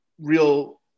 real